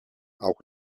auch